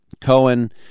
Cohen